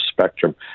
spectrum